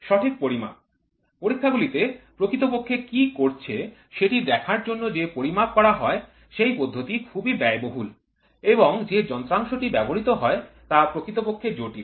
সঠিক পরিমাপ পরীক্ষা গুলিতে প্রকৃতপক্ষে কি করছে সেটি দেখার জন্য যে পরিমাপ করা হয় সেই পদ্ধতি খুবই ব্যয়বহুল এবং যে যন্ত্রাংশটি ব্যবহৃত হয় তা প্রকৃত পক্ষে জটিল